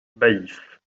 baillif